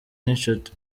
n’inshuti